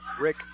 Rick